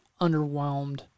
underwhelmed